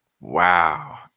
Wow